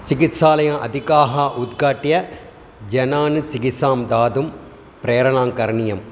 चिकित्सालयाः अधिकाः उद्घाट्य जनान् चिकित्सां दातुं प्रेरणां करणीयम्